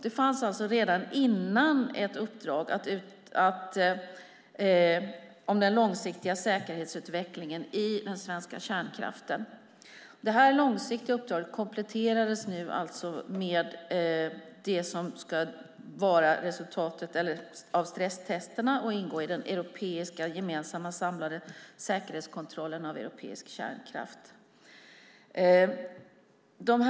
Det fanns alltså redan innan ett uppdrag om den långsiktiga säkerhetsutvecklingen i den svenska kärnkraften. Det långsiktiga uppdraget kompletterades alltså nu med det som ska bli resultatet av stresstesterna och ingå i den samlade europeiska säkerhetskontrollen av europeisk kärnkraft.